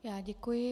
Já děkuji.